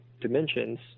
dimensions